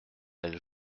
elle